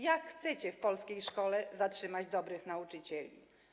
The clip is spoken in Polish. Jak chcecie w polskiej szkole zatrzymać dobrych nauczycieli?